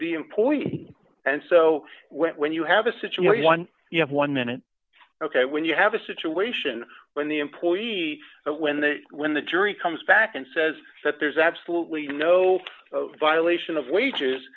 the employee and so when you have a situation one you have one minute ok when you have a situation when the employee when the when the jury comes back and says that there's absolutely no violation of wages